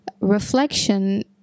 reflection